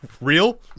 real